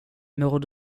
mår